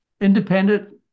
independent